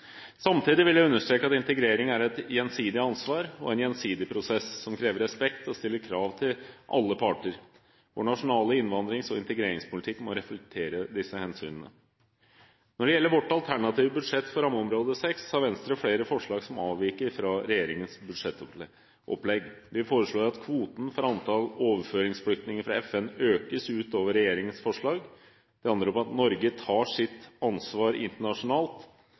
Samtidig vil jeg understreke at integrering er et gjensidig ansvar og en gjensidig prosess som krever respekt og stiller krav til alle parter. Vår nasjonale innvandrings- og integreringspolitikk må reflektere disse hensynene. Når det gjelder vårt alternative budsjett for rammeområde 6, har Venstre flere forslag som avviker fra regjeringens budsjettopplegg. Vi foreslår at kvoten for antall overføringsflyktninger fra FN økes utover regjeringens forslag. Det handler om at Norge tar sitt ansvar internasjonalt